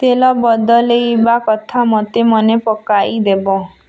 ତେଲ ବଦଳାଇବା କଥା ମୋତେ ମନେ ପକାଇଦେବ